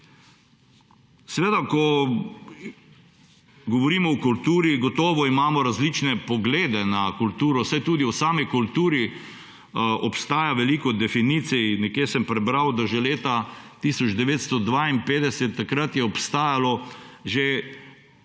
zmagati. Ko govorimo o kulturi, gotovo imamo različne poglede na kulturo, saj tudi o sami kulturi obstaja veliko definicij. Nekje sem prebral, da je že leta 1952 obstajalo že skoraj